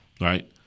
Right